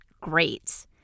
great